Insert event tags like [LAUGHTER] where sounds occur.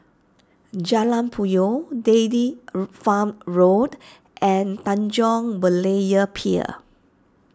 Jalan Puyoh Daily [UNINTELLIGIBLE] Farm Road and Tanjong Berlayer Pier